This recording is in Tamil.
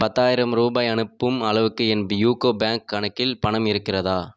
பத்தாயிரம் ரூபாய் அனுப்பும் அளவுக்கு என் யூகோ பேங்க் கணக்கில் பணம் இருக்கிறதா